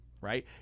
right